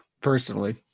personally